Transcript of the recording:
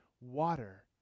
water